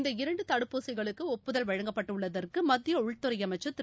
இந்த இரண்டுதடுப்பூசிகளுக்குடுப்புதல் வழங்கப்பட்டுள்ளதற்குமத்தியஉள்துறைஅமைச்சா் திரு